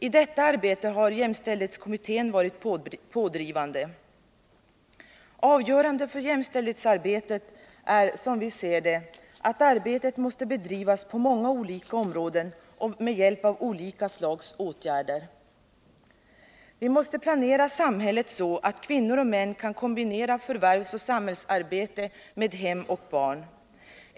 I detta arbete har jämställdhetskommittén varit pådrivande. Avgörande för jämställdhetsarbetet är, som vi ser det, att arbetet måste bedrivas på många olika områden och med hjälp av olika slags åtgärder. Vi måste planera samhället så att kvinnor och män kan kombinera förvärvsoch samhällsarbete med hem och barn.